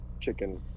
chicken